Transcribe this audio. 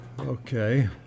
Okay